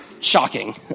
Shocking